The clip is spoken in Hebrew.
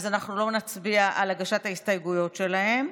אנחנו לא נצביע על ההסתייגויות שלהם.